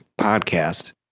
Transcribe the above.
podcast